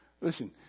Listen